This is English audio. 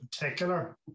particular